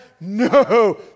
no